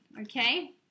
Okay